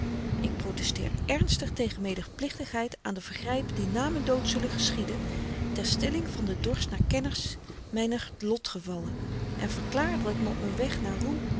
ik protesteer ernstig tegen medeplichtigheid aan de vergrypen die na m'n dood zullen geschieden ter stilling van den dorst naar kennis myner lotgevallen en verklaar dat ik me op m'n weg naar roem